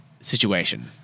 situation